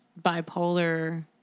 bipolar